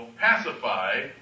pacify